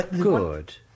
Good